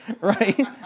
Right